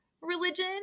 religion